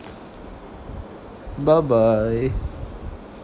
bye bye